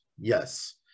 yes